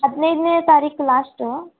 ಹದಿನೈದನೇ ತಾರೀಕು ಲಾಸ್ಟು